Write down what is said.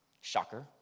Shocker